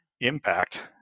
impact